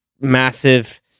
massive